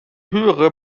höhere